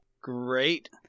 Great